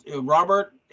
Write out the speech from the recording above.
Robert